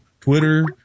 twitter